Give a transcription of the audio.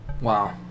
Wow